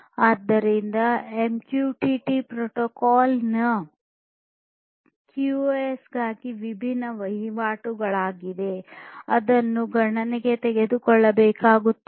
ಆದ್ದರಿಂದ MQTT protocol ನ QoS ಗಾಗಿ ವಿಭಿನ್ನ ವಹಿವಾಟುಗಳಿವೆ ಅದನ್ನು ಗಣನೆಗೆ ತೆಗೆದುಕೊಳ್ಳಬೇಕಾಗುತ್ತದೆ